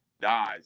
dies